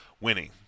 winning